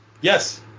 Yes